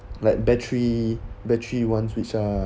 like battery battery ones which are